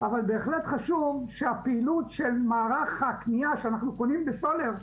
אבל בהחלט חשוב שהפעילות של מערך הקניה שאנחנו קונים בסולר,